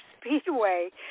Speedway